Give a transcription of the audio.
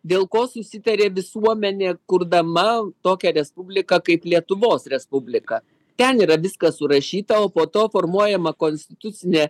dėl ko susitarė visuomenė kurdama tokią respubliką kaip lietuvos respubliką ten yra viskas surašyta o po to formuojama konstitucinė